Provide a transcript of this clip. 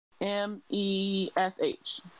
M-E-S-H